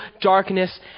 darkness